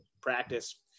practice